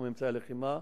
בתחום אמצעי הלחימה,